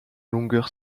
longueur